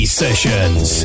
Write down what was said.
sessions